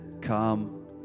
Come